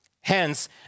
Hence